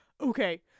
Okay